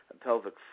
pelvic